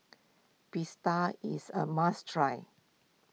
is a must try